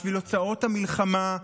בשביל הוצאות המלחמה,